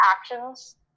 actions